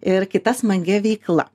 ir kita smagia veikla